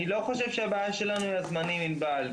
אני לא חושב שהבעיה שלנו היא הזמנים ענבל,